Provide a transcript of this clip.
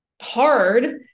hard